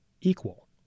equal